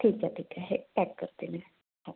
ठीक आहे ठीक आहे पॅक करते मी हो